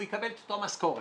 הוא יקבל את אותה משכורת.